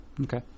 okay